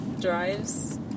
drives